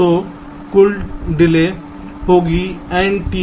तो कुल डिले होगी NtpU